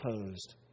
opposed